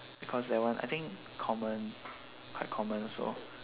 because that one I think common quite common also